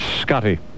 Scotty